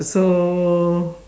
so